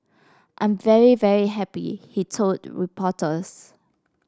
I'm very very happy he told reporters